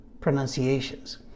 pronunciations